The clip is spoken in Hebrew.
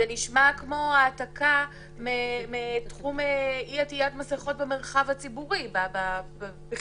זה נשמע כמו העתקה מתחום אי עטיית מסכות במרחב הציבורי בכלל.